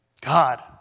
God